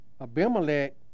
Abimelech